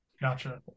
Gotcha